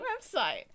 website